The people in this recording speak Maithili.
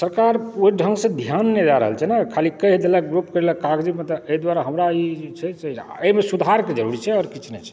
सरकार ओहि ढङ्गसँ ध्यान नहि दऽ रहल छै ने खाली कहि देलक गप केलक कागजेमे तऽ एहि दुआरे हमरा इ जे छै एहिमे सुधारकेँ जरूरी छै आओर किछु नहि छै